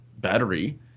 battery